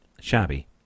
shabby